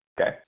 Okay